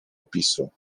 opisu